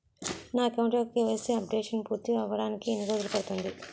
నా అకౌంట్ యెక్క KYC updation పూర్తి అవ్వడానికి ఎన్ని రోజులు పడుతుంది?